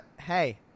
hey